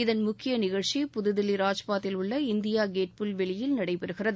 இதன் முக்கிய நிகழ்ச்சி புதுதில்லி ராஜ்பாத்தில் உள்ள இந்தியா கேட் புல்வெளியில் நடைபெறுகிறது